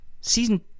Season